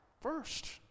first